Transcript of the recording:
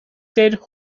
dead